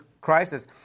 crisis